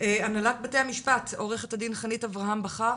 הדין בתי המשפט, עורכת הדין חנית אברהם בכר.